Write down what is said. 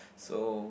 so